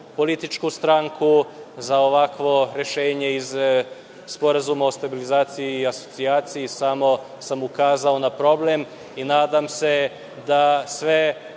političku stranku za ovakvo rešenje iz Sporazuma o stabilizaciji i asocijaciji, samo sam ukazao na problem i nadam se da sve